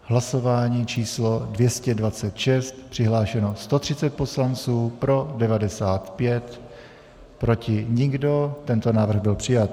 Jedná se o hlasování číslo 226, přihlášeno 130 poslanců, pro 95, proti nikdo, tento návrh byl přijat.